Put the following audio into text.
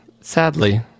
sadly